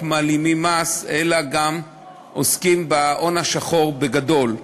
מעלימים מס אלא גם עוסקים בהון השחור בגדול.